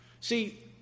see